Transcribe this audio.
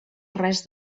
res